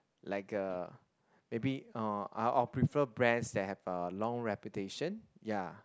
like a maybe uh I I will prefer brands that have a long reputation ya